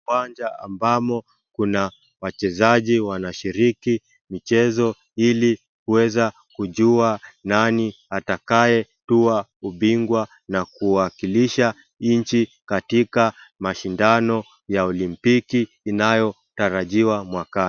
Uwanja ambamo kuna wachezaji wanashiriki mchezo ili kuweza kujua nani atakaye tua ubingwa na kuwakilisha nchi katika mashindano ya Olimpiki inayotarajiwa mwakani.